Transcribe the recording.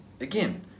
Again